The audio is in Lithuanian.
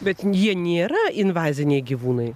bet jie nėra invaziniai gyvūnai